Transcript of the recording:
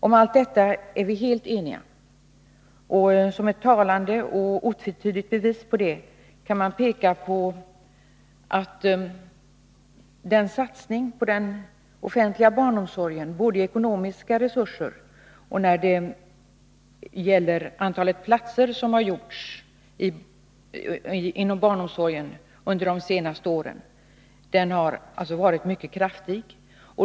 Om allt detta är vi helt eniga. Som ett talande och otvetydigt bevis på det kan man peka på att satsningen på den offentliga barnomsorgen — både när det gäller ekonomiska resurser och när det gäller antalet nytillkomna platser inom barnomsorgen under de senaste åren — har varit mycket kraftig.